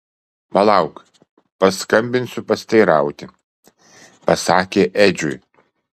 palauk paskambinsiu pasiteirauti pasakė edžiui